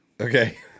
Okay